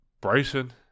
Bryson